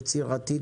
יצירתית,